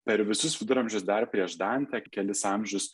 per visus viduramžius dar prieš dantę kelis amžius